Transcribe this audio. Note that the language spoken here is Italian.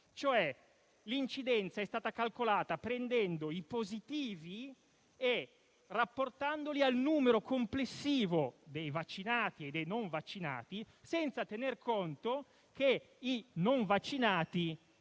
L'incidenza è stata calcolata prendendo i positivi e rapportandoli al numero complessivo dei vaccinati e dei non vaccinati, senza tener conto del fatto che i non vaccinati...